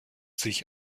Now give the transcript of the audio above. sich